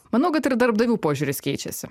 manau kad ir darbdavių požiūris keičiasi